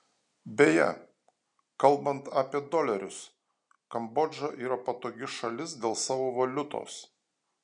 beje kalbant apie dolerius kambodža yra patogi šalis dėl savo valiutos